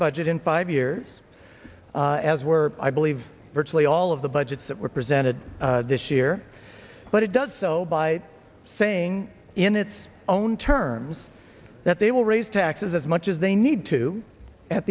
d budget in five years as were i believe virtually all of the budgets that were presented this year but it does so by saying in its own terms that they will raise taxes as much as they need to at